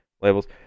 labels